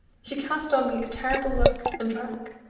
she cast on me a terrible look and drank.